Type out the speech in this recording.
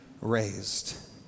raised